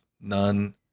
None